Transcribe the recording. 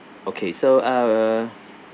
okay so err